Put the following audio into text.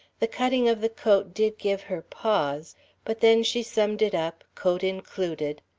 the cutting of the coat did give her pause but then, she summed it up, coat included,